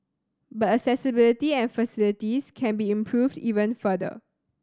but accessibility and facilities can be improved even further